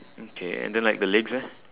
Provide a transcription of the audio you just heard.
okay and then like the legs leh